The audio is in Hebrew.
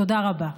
תודה רבה.